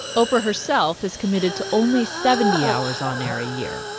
oprah, herself, has committed to only seventy hours on-air a year.